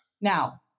now